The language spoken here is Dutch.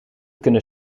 kunnen